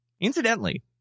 Incidentally